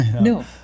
No